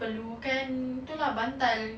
perlukan itu lah bantal